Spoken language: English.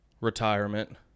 retirement